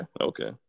Okay